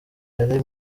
yari